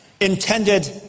intended